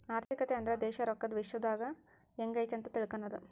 ಆರ್ಥಿಕತೆ ಅಂದ್ರೆ ದೇಶ ರೊಕ್ಕದ ವಿಶ್ಯದಾಗ ಎಂಗೈತೆ ಅಂತ ತಿಳ್ಕನದು